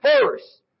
first